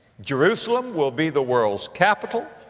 jerusalem will be the world's capital.